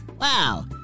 Wow